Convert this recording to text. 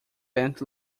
bent